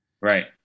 right